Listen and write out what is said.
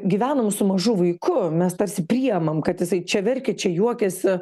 gyvenam su mažu vaiku mes tarsi priimam kad jisai čia verkia čia juokiasi